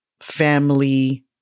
family